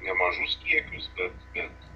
nemažus kiekius bet bet